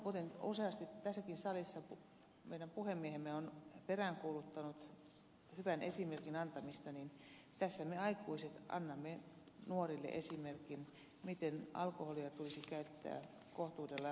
kuten useasti tässäkin salissa meidän puhemiehemme on peräänkuuluttanut hyvän esimerkin antamista niin tässä me aikuiset annamme nuorille esimerkin miten alkoholia tulisi käyttää kohtuudella ja maltillisesti